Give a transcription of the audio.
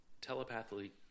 telepathically